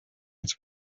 its